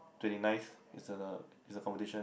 twenty ninth is a is a competition